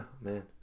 man